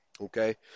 Okay